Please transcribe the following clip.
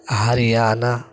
Haryana